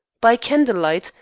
by candle-light,